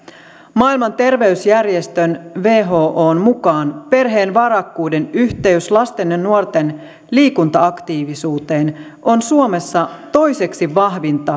maailman terveysjärjestön whon mukaan perheen varakkuuden yhteys lasten ja nuorten liikunta aktiivisuuteen on suomessa toiseksi vahvin